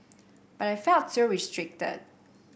but I felt so restricted